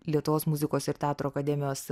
lietuvos muzikos ir teatro akademijos